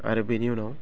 आरो बेनि उनाव